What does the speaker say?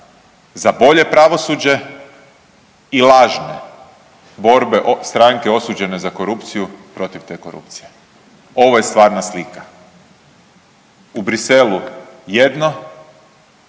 za bolje pravosuđe i lažne borbe stranke osuđene za korupciju protiv te korupcije. Ovo je stvarna slika. U Briselu jedno,